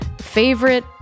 favorite